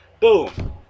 Boom